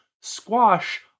Squash